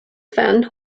fan